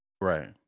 Right